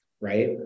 right